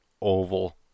Oval